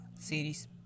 series